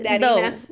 No